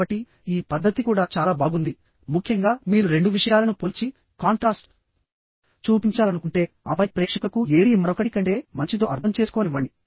కాబట్టి ఈ పద్ధతి కూడా చాలా బాగుంది ముఖ్యంగా మీరు రెండు విషయాలను పోల్చి కాంట్రాస్ట్ చూపించాలనుకుంటే ఆపై ప్రేక్షకులకు ఏది మరొకటి కంటే మంచిదో అర్థం చేసుకోనివ్వండి